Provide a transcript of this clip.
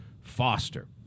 Foster